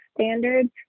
standards